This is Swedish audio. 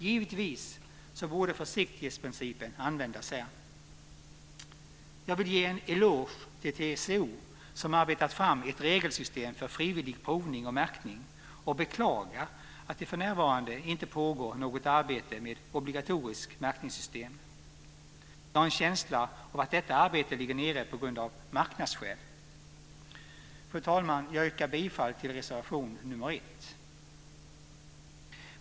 Givetvis borde försiktighetsprincipen användas här. Jag vill ge en eloge till TCO, som arbetat fram ett regelsystem för frivillig provning och märkning, och beklaga att det för närvarande inte pågår något arbete med obligatoriskt märkningssystem. Jag har en känsla av att detta arbete ligger nere av marknadsskäl. Fru talman! Jag yrkar bifall till reservation 1.